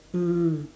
mm